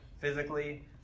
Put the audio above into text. physically